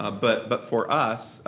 ah but but for us,